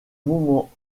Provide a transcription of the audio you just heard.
moment